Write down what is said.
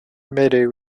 mayday